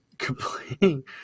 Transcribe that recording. Complaining